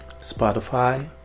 Spotify